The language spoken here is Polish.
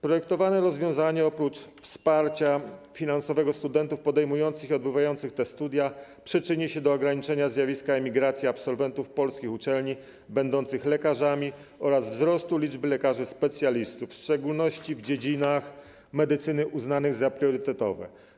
Projektowane rozwiązanie oprócz wsparcia finansowego studentów podejmujących i odbywających te studia przyczyni się do ograniczenia zjawiska emigracji absolwentów polskich uczelni będących lekarzami oraz wzrostu liczby lekarzy specjalistów, w szczególności w dziedzinach medycyny uznanych za priorytetowe.